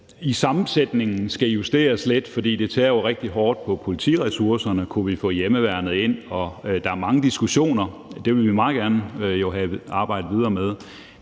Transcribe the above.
i sammensætningen skal justeres lidt, for det tærer rigtig hårdt på politiressourcerne, og spørgsmålet er, om vi kunne få hjemmeværnet ind. Der er mange diskussioner, og dem vil vi meget gerne arbejde videre med.